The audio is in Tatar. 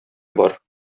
бар